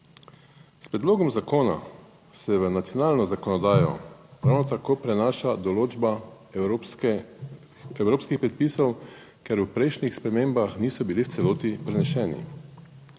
S predlogom zakona se v nacionalno zakonodajo ravno tako prenaša določba, evropskih predpisov, ker v prejšnjih spremembah niso bili v celoti preneseni.